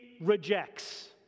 rejects